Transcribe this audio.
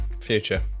Future